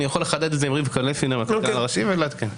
אני יכול לחדד את זה עם רבקה לויפר מהכלכלן הראשי ולעדכן.